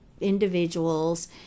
individuals